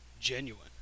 genuine